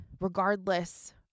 regardless